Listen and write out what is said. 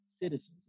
citizens